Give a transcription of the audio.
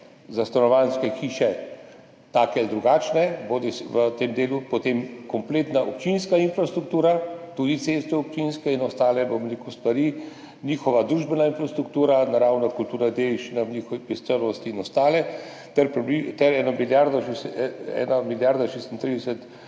za stanovanjske hiše, take ali drugačne, potem kompletna občinska infrastruktura, tudi občinske ceste in ostale stvari, njihova družbena infrastruktura, naravna kulturna dediščina v njihovi pristojnosti in ostalo, ter 1 milijarda 360